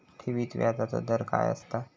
ठेवीत व्याजचो दर काय असता?